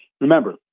remember